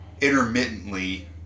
intermittently